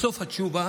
בסוף התשובה,